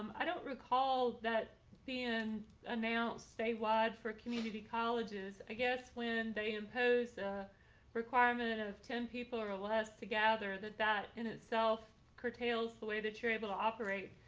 i don't recall that being announced statewide for community colleges, i guess when they impose a requirement of ten people or less together that that in itself curtails the way that you're able to operate.